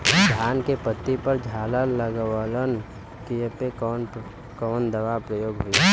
धान के पत्ती पर झाला लगववलन कियेपे कवन दवा प्रयोग होई?